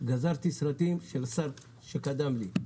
גזרתי סרטים של השר שקדם לי,